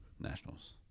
Nationals